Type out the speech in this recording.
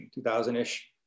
2000-ish